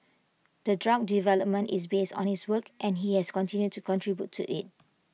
the drug development is based on his work and he has continued to contribute to IT